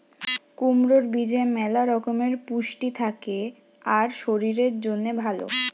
কুমড়োর বীজে ম্যালা রকমের পুষ্টি থাকে আর শরীরের জন্যে ভালো